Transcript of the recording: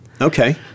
Okay